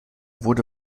wurde